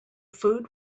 food